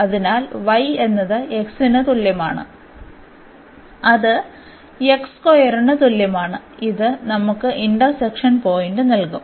അതിനാൽ y എന്നത് x ന് തുല്യമാണ് അത് ന് തുല്യമാണ് ഇത് നമുക്ക് ഇന്റർസെക്ഷൻ പോയിന്റ് നൽകും